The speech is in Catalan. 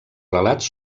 relats